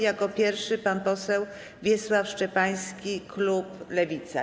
Jako pierwszy pan poseł Wiesław Szczepański, klub Lewica.